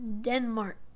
Denmark